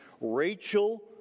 Rachel